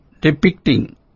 depicting